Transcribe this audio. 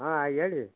ಹಾಂ ಹೇಳಿ